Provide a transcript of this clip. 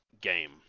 game